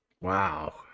Wow